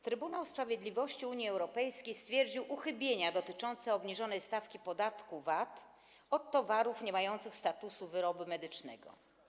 Trybunał Sprawiedliwości Unii Europejskiej stwierdził uchybienia dotyczące obniżonej stawki podatku VAT od towarów niemających statusu wyrobu medycznego.